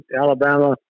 Alabama